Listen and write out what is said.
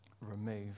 remove